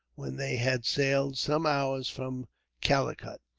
when they had sailed some hours from calicut,